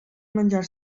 menjar